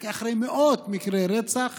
רק אחרי מאות מקרי רצח